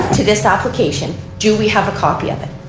to this application, do we have a copy of it?